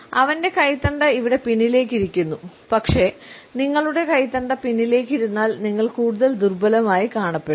അവന്റെ കൈത്തണ്ട ഇവിടെ പിന്നിലേക്ക് ഇരിക്കുന്നു പക്ഷേ നിങ്ങളുടെ കൈത്തണ്ട പിന്നിലേക്ക് ഇരുന്നാൽ നിങ്ങൾ കൂടുതൽ ദുർബലമായി കാണപ്പെടും